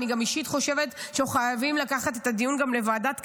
גם אישית אני חושבת שאנחנו חייבים לקחת את הדיון לוועדת הכלכלה,